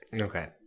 Okay